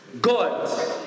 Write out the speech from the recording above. God